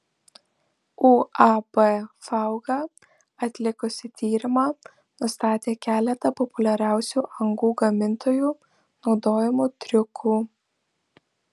uab fauga atlikusi tyrimą nustatė keletą populiariausių angų gamintojų naudojamų triukų